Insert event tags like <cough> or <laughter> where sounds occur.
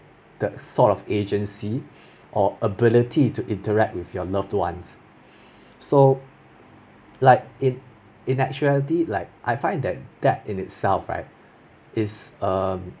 the sort of agency or ability to interact with your loved ones <breath> so like in in actuality like I find that that in itself right is um